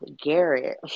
Garrett